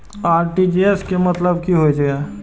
RTGS के मतलब की होय ये?